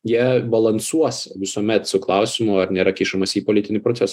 jie balansuos visuomet su klausimu ar nėra kišamas į politinį procesą